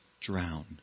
drown